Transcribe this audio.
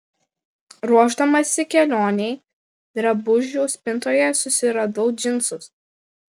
ruošdamasi kelionei drabužių spintoje susiradau džinsus